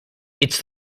its